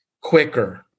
quicker